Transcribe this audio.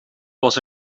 was